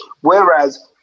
whereas